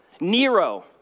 Nero